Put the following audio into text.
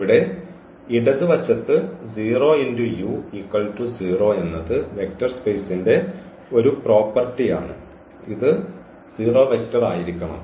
ഇവിടെ ഇടതുവശത്ത് എന്നത് വെക്റ്റർ സ്പേസിന്റെ ഒരു പ്രോപ്പർട്ടി ആണ് ഇത് 0 വെക്റ്റർ ആയിരിക്കണം